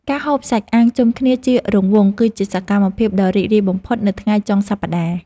ការហូបសាច់អាំងជុំគ្នាជារង្វង់ គឺជាសកម្មភាពដ៏រីករាយបំផុតនៅថ្ងៃចុងសប្តាហ៍។